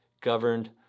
governed